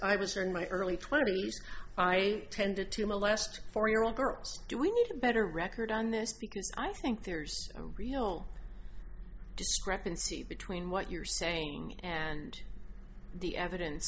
i was in my early twenty's i tended to molest four year old girls do we need a better record on this because i think there's a real discrepancy between what you're saying and the evidence